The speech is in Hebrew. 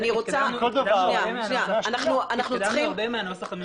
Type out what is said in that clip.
שינינו הרבה מהנוסח המקורי.